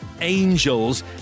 angels